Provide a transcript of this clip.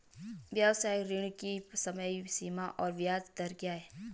व्यावसायिक ऋण की समय सीमा और ब्याज दर क्या है?